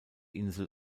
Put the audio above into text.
insel